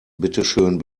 bitteschön